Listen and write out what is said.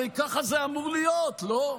הרי ככה זה אמור להיות, לא?